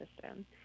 system